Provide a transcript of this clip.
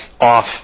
off